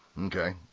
Okay